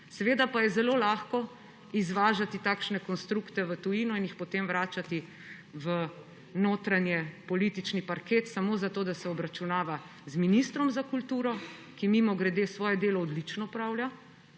Seveda pa je zelo lahko izvažati take konstrukte v tujino in jih potem vračati v notranjepolitični parket samo zato, da se obračunava z ministrom za kulturo, ki – mimogrede – svoje delo odlično opravlja,